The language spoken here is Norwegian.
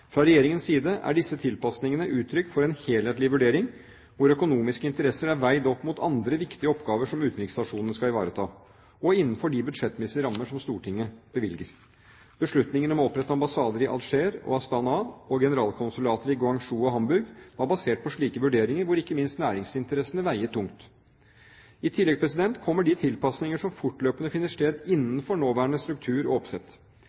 Fra Regjeringens side er disse tilpasningene uttrykk for en helhetlig vurdering, hvor økonomiske interesser er veid opp mot andre viktige oppgaver som utenriksstasjonene skal ivareta, innenfor de budsjettmessige rammer som Stortinget bevilger. Beslutningen om å opprette ambassader i Alger og Astana og generalkonsulater i Guangzhou og Hamburg var basert på slike vurderinger, hvor ikke minst næringsinteressene veide tungt. I tillegg kommer de tilpasninger som fortløpende finner sted innenfor nåværende struktur og oppsett.